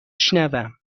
شنوم